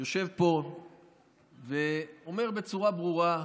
יושב פה ואומר בצורה ברורה: